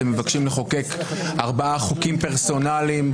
אתם מבקשים לחוקק ארבעה חוקים פרסונליים,